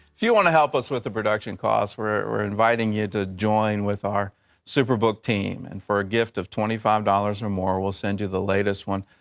if you want to help us with the production costs, we're inviting you to join with our superbook team. and for a gift of twenty five dollars or more, we'll send you the latest one,